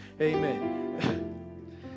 Amen